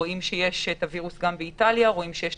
רואים שיש את הווירוס גם באיטליה ובהולנד,